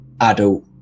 adult